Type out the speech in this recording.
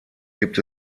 gibt